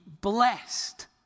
blessed